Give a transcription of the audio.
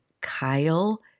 Kyle